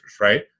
right